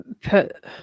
put